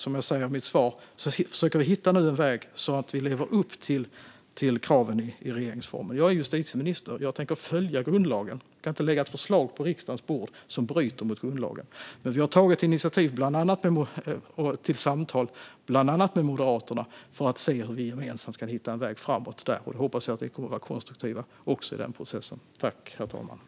Som jag säger i mitt svar försöker vi nu hitta en väg som gör att vi lever upp till kraven i regeringsformen. Jag är justitieminister, och jag tänker följa grundlagen. Vi kan inte lägga ett förslag på riksdagens bord som bryter mot grundlagen. Men vi har tagit initiativ till samtal, bland annat med Moderaterna, för att se hur vi gemensamt kan hitta en väg framåt. Jag hoppas att vi kommer att vara konstruktiva också i denna process.